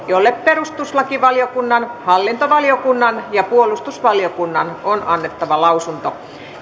jolle perustuslakivaliokunnan hallintovaliokunnan ja puolustusvaliokunnan on annettava lausunto